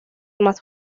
más